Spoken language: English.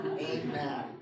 Amen